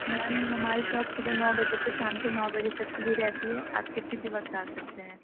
میم ہماری شاپ صبح نو بجے سے شام کے نو بجے تک کھلی رہتی ہے آپ کسی بھی وقت آ سکتے ہیں